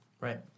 right